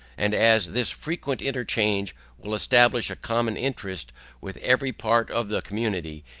and as this frequent interchange will establish a common interest with every part of the community,